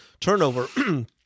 turnover